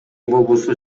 болбосо